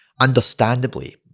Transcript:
understandably